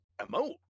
emote